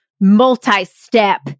multi-step